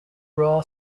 raw